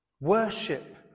Worship